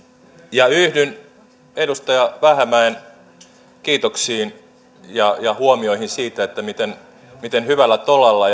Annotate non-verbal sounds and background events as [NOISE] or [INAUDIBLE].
ja yhdyn edustaja vähämäen kiitoksiin ja huomioihin siitä miten miten hyvällä tolalla [UNINTELLIGIBLE]